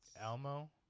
Elmo